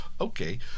okay